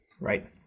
Right